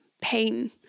pain